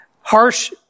Harsh